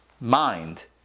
mind